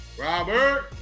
Robert